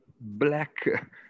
black